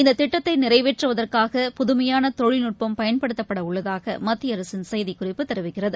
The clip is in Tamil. இந்த திட்டத்தை நிறைவேற்றுவதற்காக புதுமையான தொழில்நுட்பம் பயன்படுத்தப்படவுள்ளதாக மத்திய அரசின் செய்திக்குறிப்பு தெரிவிக்கிறது